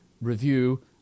review